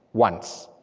once.